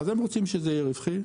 אז הם רוצים שזה יהיה רווחי,